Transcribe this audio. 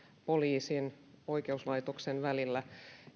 poliisin oikeuslaitoksen välillä